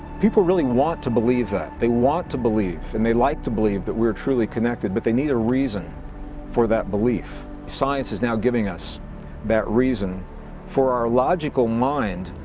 people really want to believe that, they want to believe and they like to believe that we're truly connected, but they need a reason for that belief. science is now giving us that reason for our logical mind,